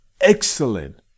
excellent